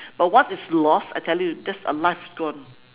but once it's lost I tell you that's a life gone